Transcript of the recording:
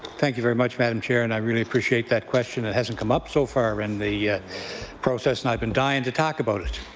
thank you very much madam chair and i really appreciate that question. it hasn't come up so far in the process and i've been dying to talk about it.